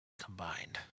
combined